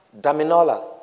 Daminola